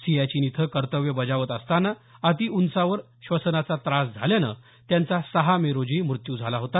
सियाचीन इथं कर्तव्य बजावत असताना उंचावर श्वसनाचा त्रास झाल्यानं त्यांचा सहा मे रोजी मृत्यू झाला होता